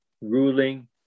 Ruling